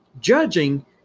Judging